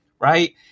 Right